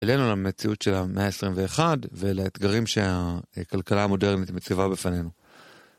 אלינו למציאות של המאה ה-21 ולאתגרים שהכלכלה המודרנית מציבה בפנינו.